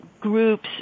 groups